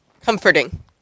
Comforting